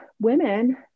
women